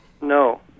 No